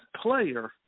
player